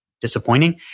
disappointing